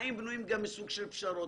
החיים בנויים מסוג של פשרות.